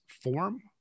form